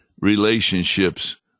relationships